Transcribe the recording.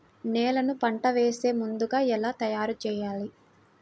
నేలను పంట వేసే ముందుగా ఎలా తయారుచేయాలి?